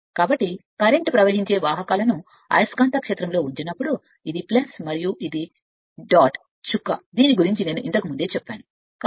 కాబట్టి అంటే వాహకాలును కరెంట్ మోసుకెళ్ళి అయస్కాంత క్షేత్రంలో ఉంచినప్పుడు ఇది మరియు ఇది ఎలా ఉందో నేను మీకు చెప్పిన చుక్క